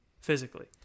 physically